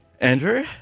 Andrew